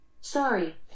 Sorry